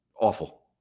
Awful